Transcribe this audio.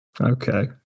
Okay